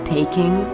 Taking